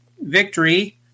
victory